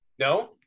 No